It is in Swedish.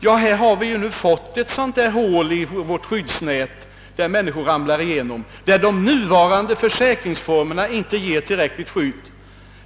Ja, här har vi ett sådant där hål i vårt skyddsnät, som människor ramlar ige nom, eftersom de nuvarande försäkringsformerna inte ger = tillräckligt skydd.